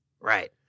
Right